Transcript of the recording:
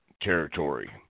territory